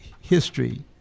history